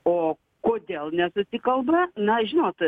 o kodėl nesusikalba na žinot